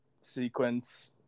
sequence